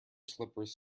slippers